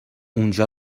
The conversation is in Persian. اونجا